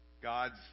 God's